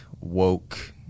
woke